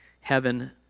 heaven